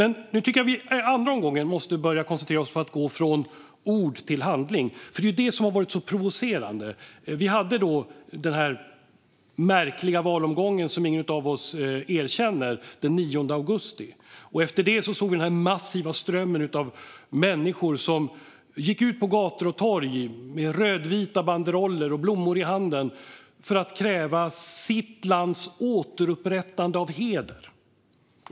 Nu tycker jag att vi i den här omgången i debatten måste börja koncentrera oss på att gå från ord till handling. Den märkliga valomgången, som ingen av oss erkänner, hölls den 9 augusti. Efter det såg vi en massiv ström av människor som gick ut på gator och torg med rödvita banderoller och blommor i handen för att kräva sitt lands återupprättande av heder.